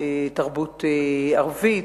תרבות ערבית,